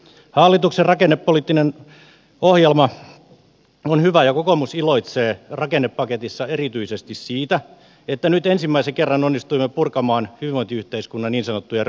hallituksen rakennepoliittinen ohjelma on hyvä ja kokoomus iloitsee rakennepaketissa erityisesti siitä että nyt ensimmäisen kerran onnistuimme purkamaan hyvinvointiyhteiskunnan niin sanottuja rönsyjä